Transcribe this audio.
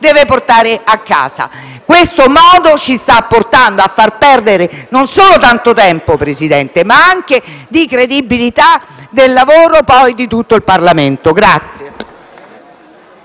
deve portare a casa. Questo modo di procedere ci sta portando a perdere non solo tanto tempo, Presidente, ma anche credibilità nel lavoro di tutto il Parlamento.